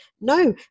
No